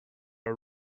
are